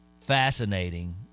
fascinating